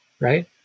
Right